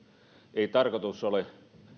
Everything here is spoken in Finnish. ei tarkoitus ole